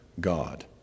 God